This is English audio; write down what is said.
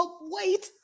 wait